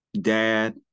dad